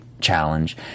challenge